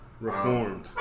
Reformed